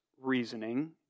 reasoning